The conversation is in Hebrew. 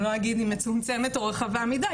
אני לא אגיד אם מצומצמת או רחבה מדי,